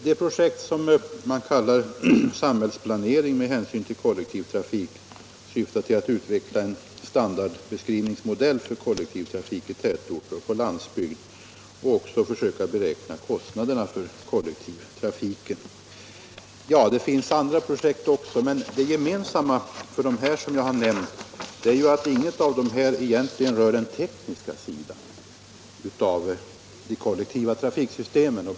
Det projekt som man kallar Samhällsplanering med hänsyn till kollektivtrafik syftar till att utveckla en standardbeskrivningsmodell för kollektivtrafiken i tätorter och på landsbygd. Man skall också försöka beräkna kostnaderna för kollektivtrafiken. Det finns även en del andra projekt. Det gemensamma för de projekt jag nu nämnt är att inget av dem egentligen rör den rent tekniska sidan av de kollektiva trafiksystemen.